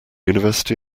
university